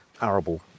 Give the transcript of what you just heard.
arable